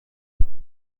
پایدار